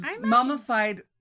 mummified